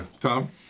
Tom